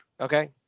Okay